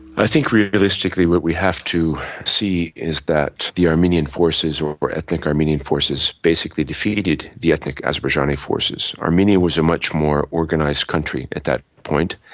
i think realistically what we have to see is that the armenian forces or ethnic armenian forces basically defeated the ethnic azerbaijani forces. armenia was a much more organised country at that point.